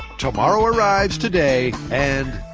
tomorrow arrives today, and.